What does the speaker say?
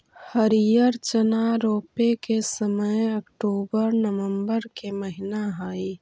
हरिअर चना रोपे के समय अक्टूबर नवंबर के महीना हइ